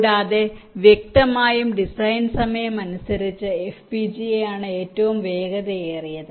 കൂടാതെ വ്യക്തമായും ഡിസൈൻ സമയം അനുസരിച്ച് FPGA ആണ് ഏറ്റവും വേഗതയേറിയത്